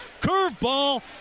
Curveball